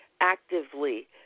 actively